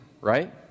right